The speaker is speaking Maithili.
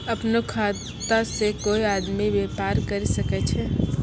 अपनो खाता से कोय आदमी बेपार करि सकै छै